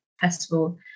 festival